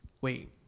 Wait